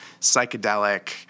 psychedelic